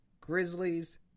Grizzlies